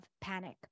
panic